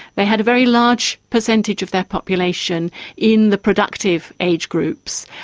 they had a very large percentage of their population in the productive age groups,